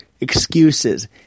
excuses